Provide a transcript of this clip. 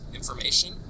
information